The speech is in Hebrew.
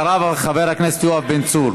אחריו, חבר הכנסת יואב בן צור.